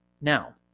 Now